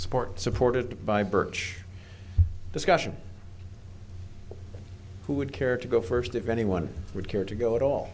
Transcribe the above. support supported by birch discussion who would care to go first if anyone would care to go at all